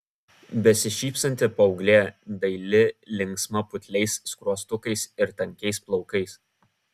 besišypsanti paauglė daili linksma putliais skruostukais ir tankiais plaukais